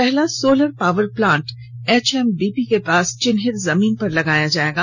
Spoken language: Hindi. पहला सोलर पावर प्लांट एचएमबीपी के पास चिन्हित जमीन पर लगाया जाएगा